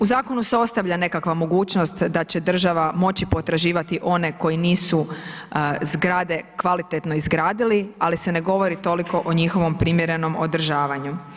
U zakonu se ostavlja nekakva mogućnost da će država moći potraživati one koji nisu zgrade kvalitetno izgradili, ali se ne govori toliko o njihovom primjerenom održavanju.